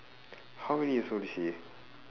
how many years old is she